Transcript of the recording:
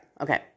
Okay